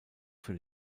für